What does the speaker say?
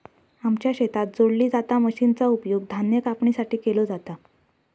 आमच्या शेतात जोडली जाता मशीनचा उपयोग धान्य कापणीसाठी केलो जाता